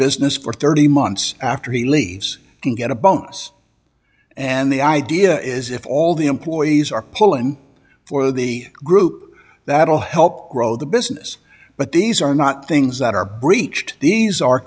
business for thirty months after he leaves to get a bonus and the idea is if all the employees are pulling for the group that will help grow the business but these are not things that are breached these are